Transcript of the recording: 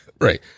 Right